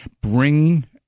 bring